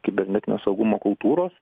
kibernetinio saugumo kultūros